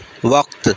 وقت